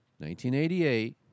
1988